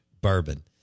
Bourbon